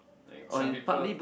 like some people